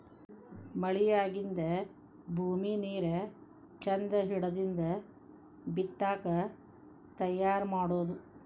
ಮಳಿ ಆಗಿಂದ ಭೂಮಿ ನೇರ ಚಂದ ಹಿಡದಿಂದ ಬಿತ್ತಾಕ ತಯಾರ ಮಾಡುದು